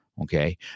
Okay